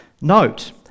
Note